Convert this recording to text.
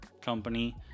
company